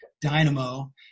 Dynamo